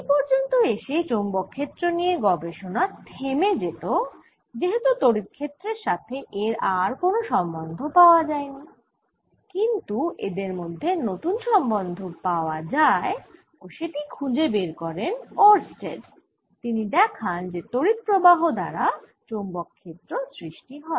এই পর্যন্ত এসে চৌম্বক ক্ষেত্র নিয়ে গবেষণা থেমে যেত যেহেতু তড়িৎ ক্ষেত্রের সাথে এর আর কোন সম্বন্ধ পাওয়া যায়নি কিন্তু এদের মধ্যে নতুন সম্বন্ধ পাওয়া যায় ও সেটি খুঁজে বের করেন ওরস্টেড তিনি দেখান যে তড়িৎ প্রবাহ দ্বারা চৌম্বক ক্ষেত্র সৃষ্টি হয়